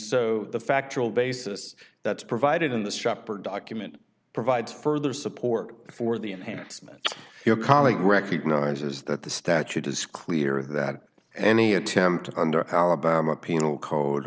so the facts will basis that's provided in this shopper document provides further support for the enhancement your colleague recognizes that the statute is clear that any attempt under alabama penal code